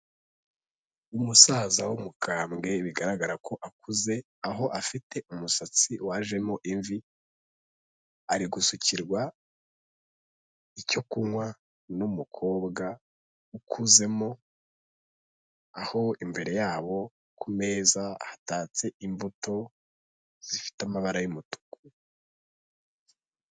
Umusaza w'umukambwe bigaragara ko akuze, aho afite umusatsi wajemo imvi, ari gusukirwa icyo kunywa n'umukobwa ukuzemo, aho imbere yabo ku meza hatatse imbuto zifite amabara y'umutuku.